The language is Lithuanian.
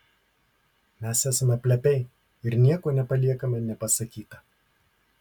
mes esame plepiai ir nieko nepaliekame nepasakyta